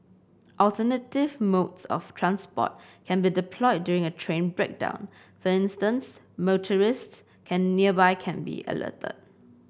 alternative modes of transport can be deployed during a train breakdown for instance motorists can nearby can be alerted